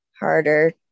harder